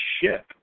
ship